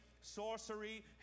sorcery